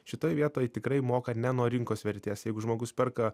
šitoj vietoj tikrai moka ne nuo rinkos vertės jeigu žmogus perka